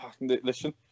Listen